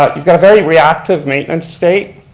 ah you've got a very reactive maintenance state.